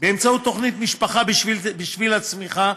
באמצעות תוכנית משפחה בשביל הצמיחה,